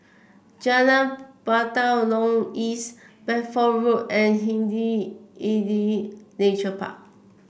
Jalan Batalong East Bedford Road and Hindhede Nature Park